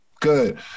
Good